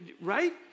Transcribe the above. right